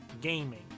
gaming